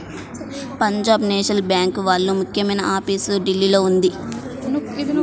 Punjab national bank వాళ్ళ ముఖ్యమైన office ఢిల్లీలో ఉంది